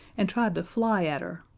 and tried to fly at her.